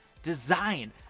design